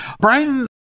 Brian